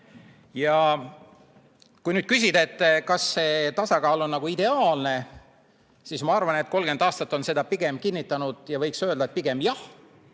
Kui nüüd küsida, kas see tasakaal on ideaalne, siis ma arvan, et 30 aastat on seda pigem kinnitanud, ja võiks öelda, et pigem jah.